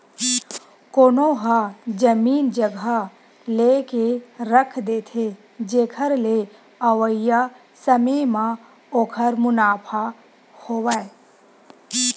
कोनो ह जमीन जघा लेके रख देथे, जेखर ले अवइया समे म ओखर मुनाफा होवय